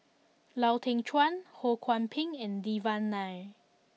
Lau Teng Chuan Ho Kwon Ping and Devan Nair